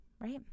Right